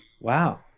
Wow